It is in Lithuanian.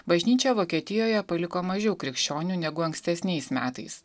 bažnyčią vokietijoje paliko mažiau krikščionių negu ankstesniais metais